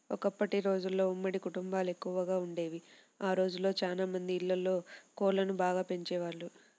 ఒకప్పటి రోజుల్లో ఉమ్మడి కుటుంబాలెక్కువగా వుండేవి, ఆ రోజుల్లో చానా మంది ఇళ్ళల్లో కోళ్ళను బాగా పెంచేవాళ్ళు